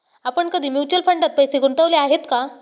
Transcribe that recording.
आपण कधी म्युच्युअल फंडात पैसे गुंतवले आहेत का?